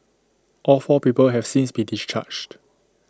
all four people have since been discharged